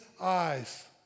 eyes